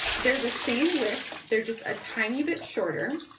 they're the same width, they're just a tiny bit shorter